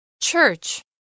Church